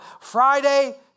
Friday